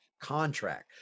contract